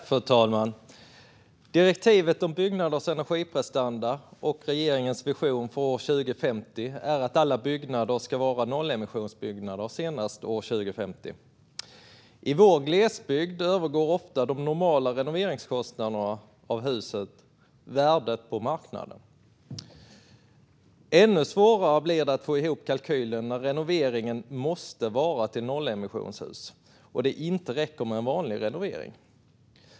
Fru talman! Direktivet om byggnaders energiprestanda och regeringens vision för år 2050 är att alla byggnader ska vara nollemissionsbyggnader senast 2050. I vår glesbygd övergår ofta de normala renoveringskostnaderna av huset värdet på marknaden. Ännu svårare blir det att få ihop kalkylen när en renovering innebär att huset ska bli ett nollemissionshus och det inte räcker med en vanlig renovering.